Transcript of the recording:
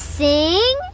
sing